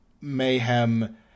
Mayhem